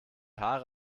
haare